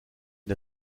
der